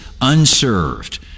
unserved